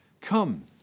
come